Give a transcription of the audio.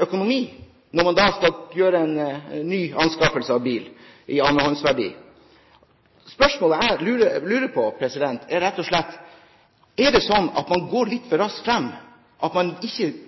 økonomi, når man skal gå til ny anskaffelse av bil, med tanke på andrehåndsverdi. Det jeg lurer på, er rett og slett: Er det slik at man gikk litt for raskt frem, at man ikke